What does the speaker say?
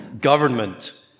Government